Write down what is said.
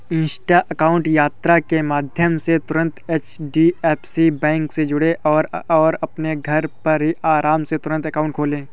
Insta account यात्रा के माध्यम से तुरंत एच.डी.एफ.सी बैंक से जुड़ें और अपने घर पर ही आराम से तुरंत अकाउंट खोले